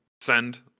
send